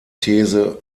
these